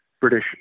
British